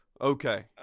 Okay